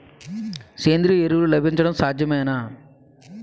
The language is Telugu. సేంద్రీయ ఎరువులు లభించడం సాధ్యమేనా?